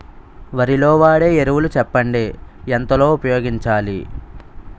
వరిలో వాడే ఎరువులు చెప్పండి? ఎంత లో ఉపయోగించాలీ?